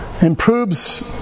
improves